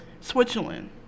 Switzerland